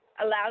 allows